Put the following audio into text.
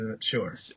sure